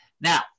Now